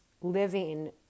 living